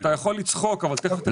אתה יכול לצחוק אבל תכף תבין.